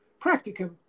practicum